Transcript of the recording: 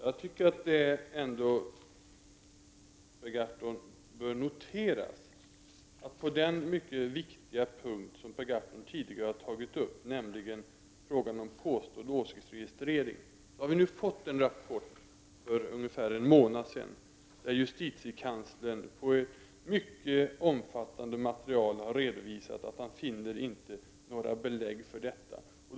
Fru talman! Jag tycker ändå, Per Gahrton, att det bör noteras att vi på en mycket viktig punkt som Per Gahrton tidigare har tagit upp, nämligen frågan om påstådd åsiktsregistrering, har fått en rapport för ungefär en månad sedan av justitiekanslern. Där redovisar justitiekanslern på grundval av ett mycket omfattande material att han inte finner något belägg för ett sådant påstående.